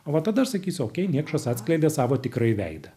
o va tada aš sakysiu okei niekšas atskleidė savo tikrąjį veidą